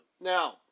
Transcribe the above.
Now